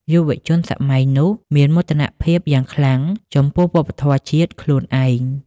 យុវជនសម័យនោះមានមោទនភាពយ៉ាងខ្លាំងចំពោះវប្បធម៌ជាតិខ្លួនឯង។